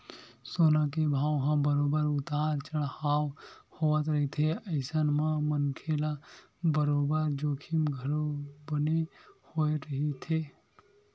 सोना के भाव ह बरोबर उतार चड़हाव होवत रहिथे अइसन म मनखे ल बरोबर जोखिम घलो बने होय रहिथे